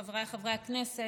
חבריי חברי הכנסת,